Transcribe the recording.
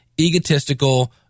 egotistical